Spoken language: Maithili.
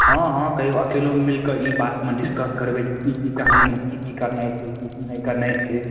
हँ हँ कहिओ अकेलोमे मिलिकऽ ई बातमे डिस्कस करबै जे कि कि कहानीमे कि कि करनाइ छै कि कि नहि करनाइ छै